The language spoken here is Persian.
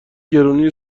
گرونی